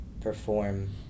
perform